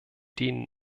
dänen